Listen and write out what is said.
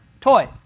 toy